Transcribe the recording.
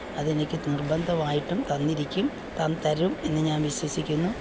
അതെനിക്ക് നിർബന്ധമായിട്ടും തന്നിരിക്കും തരും എന്ന് ഞാൻ വിശ്വസിക്കുന്നു